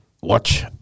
watch